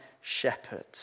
shepherd